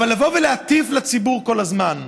אבל לבוא ולהטיף לציבור כל הזמן: